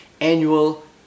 Annual